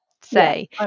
say